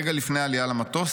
רגע לפני העלייה למטוס,